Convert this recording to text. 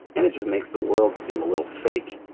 and it just makes the world seem a little fake,